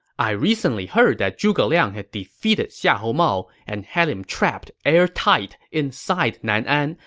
i recently heard that zhuge liang had defeated xiahou mao and had him trapped airtight inside nanan,